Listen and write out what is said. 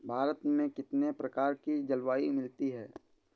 भारत में कितनी प्रकार की जलवायु मिलती है?